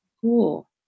cool